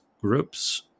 groups